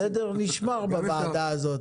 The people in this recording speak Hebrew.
הסדר נשמר בוועדה הזאת.